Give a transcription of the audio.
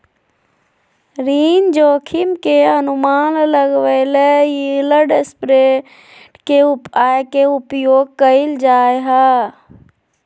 ऋण जोखिम के अनुमान लगबेले यिलड स्प्रेड के उपाय के उपयोग कइल जा हइ